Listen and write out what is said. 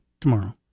tomorrow